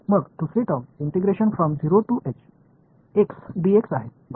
मग दुसरी टर्म आहे बरोबर आहे